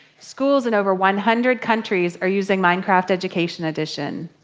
schools in over one hundred countries are using minecraft education edition.